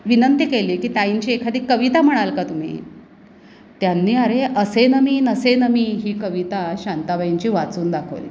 विनंती केली की ताईंची एखादी कविता म्हणाल का तुम्ही त्यांनी अरे असेन मी नसेन मी ही कविता शांताबाईंची वाचून दाखवली